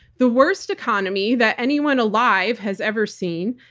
the worst economy that anyone alive has ever seen,